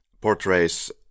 Portrays